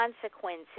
consequences